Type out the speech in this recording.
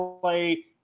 play